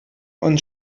und